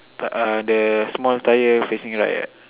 tak uh the small tyre facing right right